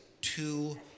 To